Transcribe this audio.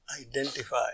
identify